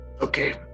Okay